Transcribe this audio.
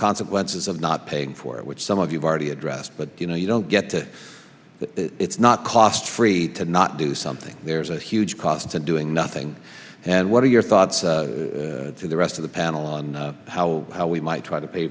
consequences of not paying for it which some of you've already addressed you know you don't get that it's not cost free to not do something there's a huge cost to doing nothing and what are your thoughts to the rest of the panel on how we might try to pay